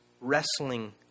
wrestling